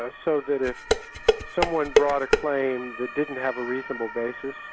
ah so that if someone brought a claim that didn't have a reasonable basis,